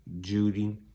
Judy